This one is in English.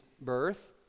birth